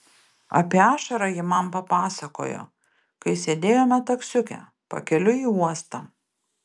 apie ašarą ji man papasakojo kai sėdėjome taksiuke pakeliui į uostą